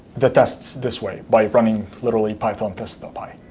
the tests this way, by running literally pythontest ah py.